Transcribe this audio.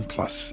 Plus